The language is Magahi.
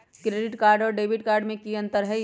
क्रेडिट कार्ड और डेबिट कार्ड में की अंतर हई?